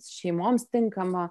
šeimoms tinkamo